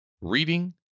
reading